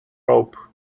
rope